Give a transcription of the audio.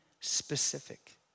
specific